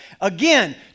Again